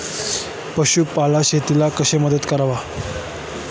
पशुपालन शेतीला कशी मदत करते?